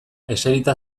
eserita